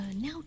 now